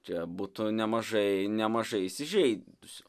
čia būta nemažai nemažai įsižeidusių